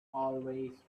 always